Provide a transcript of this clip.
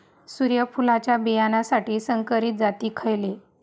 सूर्यफुलाच्या बियानासाठी संकरित जाती खयले?